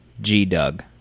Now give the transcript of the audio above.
G-Doug